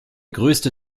größte